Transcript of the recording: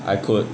I could